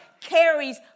carries